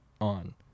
on